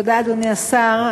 תודה, אדוני השר.